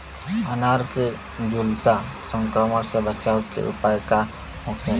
अनार के झुलसा संक्रमण से बचावे के उपाय का होखेला?